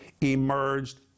emerged